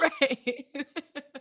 Right